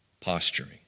posturing